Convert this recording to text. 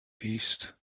east